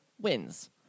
wins